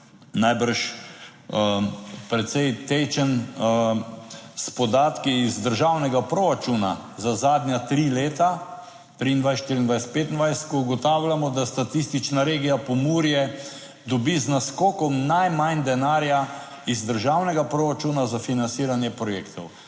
najbrž precej tečen s podatki iz državnega proračuna za zadnja tri leta, 2023, 2024, 2025, ko ugotavljamo, da statistična regija Pomurje dobi z naskokom najmanj denarja iz državnega proračuna za financiranje projektov,